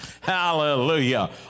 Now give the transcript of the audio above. hallelujah